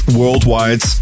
worldwide